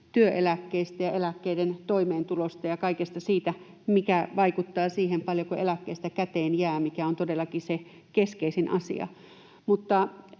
työeläkkeistä ja toimeentulosta eläkkeellä ja kaikesta siitä, mikä vaikuttaa siihen, paljonko eläkkeestä käteen jää, mikä on todellakin se keskeisin asia.